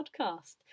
podcast